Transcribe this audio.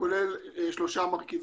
שכולל שלושה מרכיבים.